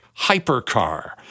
hypercar